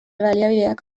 baliabideak